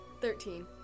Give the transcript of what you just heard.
Thirteen